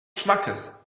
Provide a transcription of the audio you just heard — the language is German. schmackes